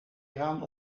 eraan